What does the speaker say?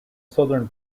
southern